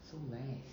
so less